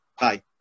Hi